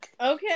Okay